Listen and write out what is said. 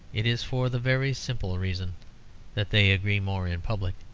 it is for the very simple reason that they agree more in public.